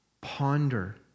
ponder